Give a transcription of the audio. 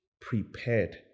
prepared